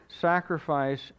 sacrifice